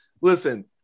listen